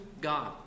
God